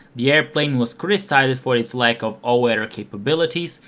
the airplane was criticized for its lack of all-weather ah capabilities,